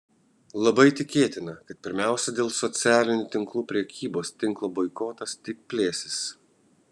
labai tikėtina kad pirmiausia dėl socialinių tinklų prekybos tinklo boikotas tik plėsis